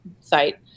site